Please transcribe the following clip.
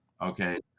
okay